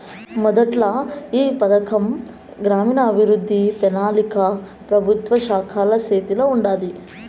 మొదట్ల ఈ పథకం గ్రామీణాభవృద్ధి, పెనాలికా మంత్రిత్వ శాఖల సేతిల ఉండాది